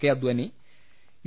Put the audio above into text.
K അദ്ധാനി U